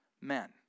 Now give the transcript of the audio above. men